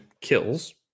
kills